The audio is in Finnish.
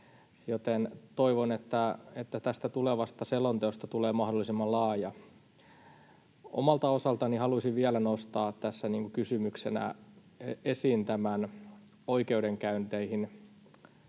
toivon, että tulevasta selonteosta tulee mahdollisimman laaja. Omalta osaltani haluaisin vielä nostaa kysymyksenä esiin oikeudenkäynteihin